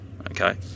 okay